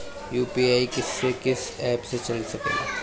UPI किस्से कीस app से चल सकेला?